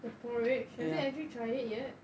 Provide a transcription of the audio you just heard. the porridge have you actually tried it yet